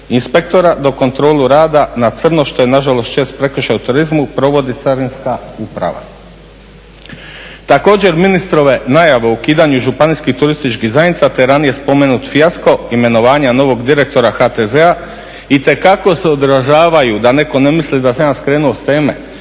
inspektora, dok kontrolu rada na crno što je na žalost čest prekršaj u turizmu provodi Carinska uprava. Također, ministrove najave o ukidanju županijskih turističkih zajednica te ranije spomenut fijasko imenovanja novog direktora HTZ-a itekako se odražavaju, da netko ne misli da sam ja skrenuo s teme,